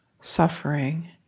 suffering